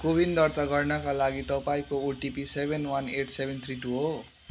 कोविन दर्ता गर्नाका लागि तपाईँको OTP seven one eight seven three two हो